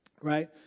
right